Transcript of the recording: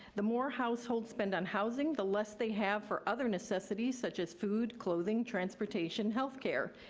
the more households spend on housing, the less they have for other necessities, such as food, clothing, transportation, healthcare.